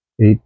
eight